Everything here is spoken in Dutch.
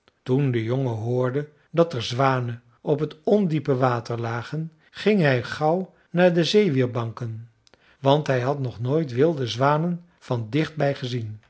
toen de jongen hoorde dat er zwanen op het ondiepe water lagen ging hij gauw naar de zeewierbanken want hij had nog nooit wilde zwanen van dichtbij gezien